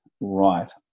right